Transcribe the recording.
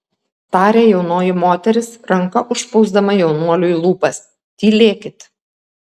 tarė jaunoji moteris ranka užspausdama jaunuoliui lūpas tylėkit